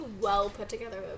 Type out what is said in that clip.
well-put-together